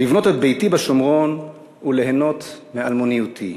לבנות את ביתי בשומרון וליהנות מאלמוניותי.